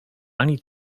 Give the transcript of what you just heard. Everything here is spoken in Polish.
ani